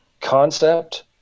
concept